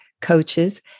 coaches